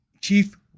Chief